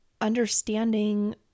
understanding